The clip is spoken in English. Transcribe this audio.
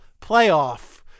playoff